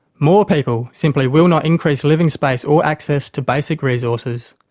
more people simply will not increase living space or access to basic resources,